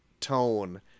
tone